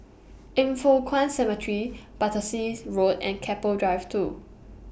Yin Foh Kuan Cemetery Battersea Road and Keppel Drive two